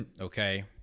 okay